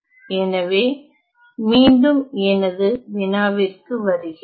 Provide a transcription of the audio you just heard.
எனவே மீண்டும் எனது வினாவிற்கு வருகிறேன்